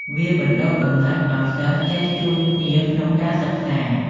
វាបណ្ដុះគំនិតឱ្យសិស្សចេះជួយគ្នាក្នុងការសិក្សា។